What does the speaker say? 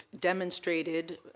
demonstrated